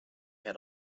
had